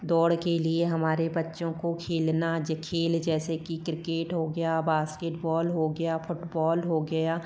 दौड़ के लिए हमारे बच्चों को खेलना खेल जैसे कि क्रिकेट हो गया बास्केटबॉल हो गया फुटबॉल हो गया